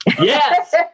Yes